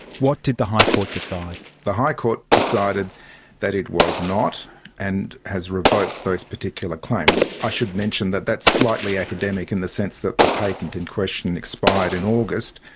what did the high court decide? the high court decided that it was not and has revoked those particular claims. i should mention that that's slightly academic in the sense that the patent in question and expired in august.